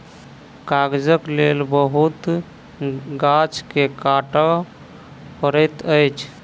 कागजक लेल बहुत गाछ के काटअ पड़ैत अछि